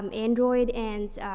um android, and,